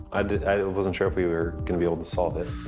i wasn't sure if we were gonna be able to solve it.